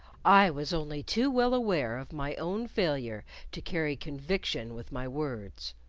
i was only too well aware of my own failure to carry conviction with my words.